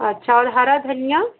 अच्छा और हरा धनिया